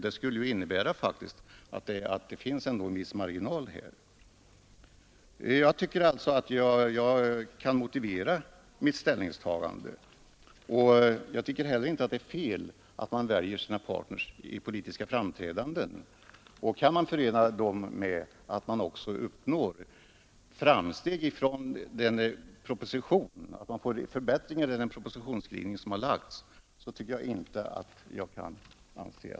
Det skulle faktiskt innebära att det finns en viss marginal här. Jag tycker alltså att jag kan motivera mitt ställningstagande. Jag tycker att det är riktigt att man väljer sina partners i politiska framträdanden. Kan man gemensamt uppnå framsteg genom att som nu åstadkomma förbättringar från propositionens skrivning så tycker jag att detta är bra.